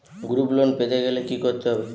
Group loan পেতে গেলে কি করতে হবে?